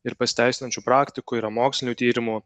ir pasiteisinančių praktikų yra mokslinių tyrimų